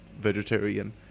vegetarian